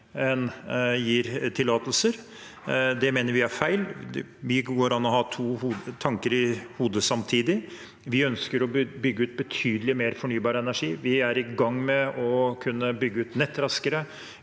en gir tillatelser. Det mener vi er feil. Det går an å ha to tanker i hodet samtidig. Vi ønsker å bygge ut betydelig mer fornybar energi, vi er i gang med å kunne bygge ut nett raskere,